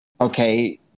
okay